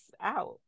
out